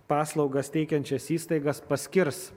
paslaugas teikiančias įstaigas paskirs